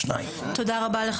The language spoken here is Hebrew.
תודה רבה.